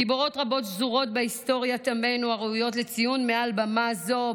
גיבורות רבות פזורות בהיסטוריית עמנו וראויות לציון מעל במה זו,